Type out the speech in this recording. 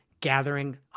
gathering